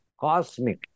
cosmic